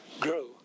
grow